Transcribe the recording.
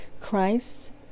Christ